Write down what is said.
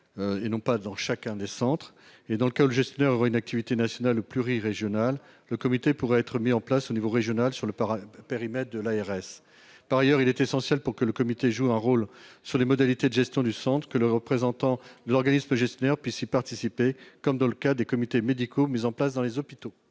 Et non pas dans chacun des centres et dans quel gestionnaire une activité nationale pluri-régional le comité pourrait être mis en place au niveau régional sur le parrain périmètre de l'ARS. Par ailleurs, il est essentiel pour que le comité joue un rôle sur les modalités de gestion du Centre que le représentant de l'organisme gestionnaire puissent y participer, comme dans le cas des comités médicaux mis en place dans les hôpitaux.